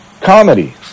Comedy